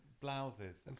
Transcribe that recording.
blouses